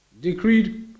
decreed